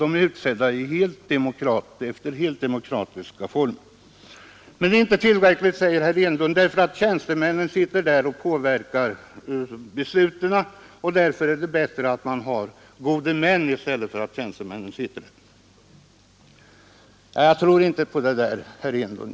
De utses alltså under helt demokratiska former. Inte tillräckligt demokratiska, säger herr Enlund; tjänstemännen påverkar besluten och därför är det bättre att man har gode män i stället. Jag tror inte det, herr Enlund.